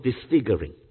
disfiguring